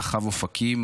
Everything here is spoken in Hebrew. רחב אופקים,